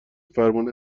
فرمون